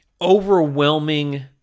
overwhelming